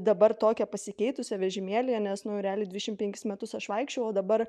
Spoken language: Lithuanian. dabar tokią pasikeitusią vežimėlyje nes nu realiai dvidešimt penkis metus aš vaikščiojau o dabar